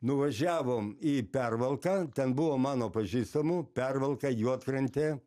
nuvažiavom į pervalką ten buvo mano pažįstamų pervalka juodkrantė